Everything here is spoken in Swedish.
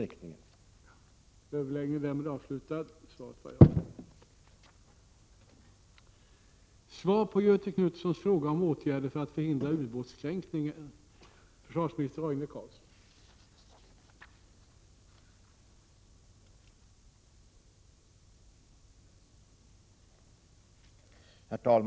1987/88:51